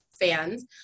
fans